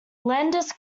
landers